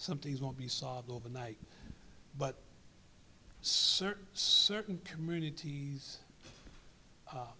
some things won't be solved overnight but certainly certain communities